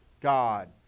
God